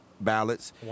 ballots